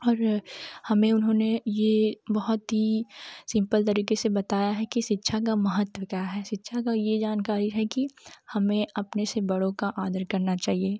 और हमे उन्होंने यह बहुत ही सिमप्ल तरीके से बताया है की शिक्षा का महत्व क्या है शिक्षा की यह जानकारी है की हमें अपने से बड़ों का आदर करना चाहिए